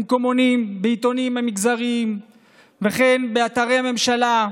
במקומונים, בעיתונים המגזריים וכן באתרי הממשלה: